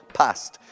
past